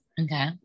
okay